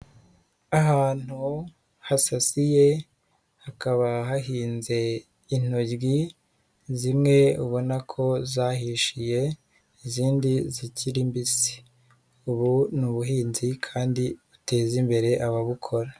Ahantu hasasiye hakaba hahinze intoryi, zimwe ubona ko zahishiye izindi zikiri mbisi, ubu ni ubuhinzi kandi buteza imbere ababukora.